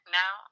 now